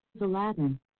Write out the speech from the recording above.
Aladdin